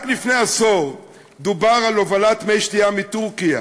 רק לפני עשור דובר על הובלת מי שתייה מטורקיה,